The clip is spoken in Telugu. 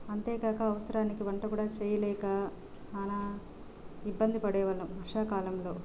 అంతే కాక అవసరానికి వంట కూడా చేయలేక చాలా ఇబ్బంది పడేవాళ్ళం వర్షాకాలంలో